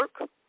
work